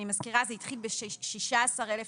אני מזכירה שהסכום התחיל ב-16,000 שקלים,